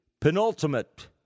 penultimate